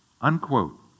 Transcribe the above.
Unquote